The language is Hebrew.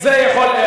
זה יכול,